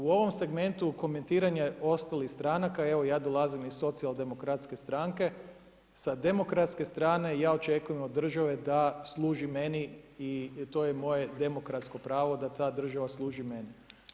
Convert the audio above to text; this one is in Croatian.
U ovom segmentu komentiranja ostalih stranaka, evo ja dolazim iz Socijaldemokratske stranke, sa demokratske strane ja očekujem od države da služi meni i to je moje demokratsko pravo da ta država služi meni.